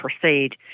proceed